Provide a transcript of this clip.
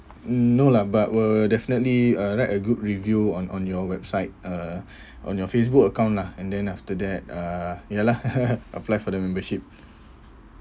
hmm no lah but will definitely uh write a good review on on your website uh on your facebook account lah and then after that uh ya lah apply for the membership